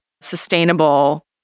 sustainable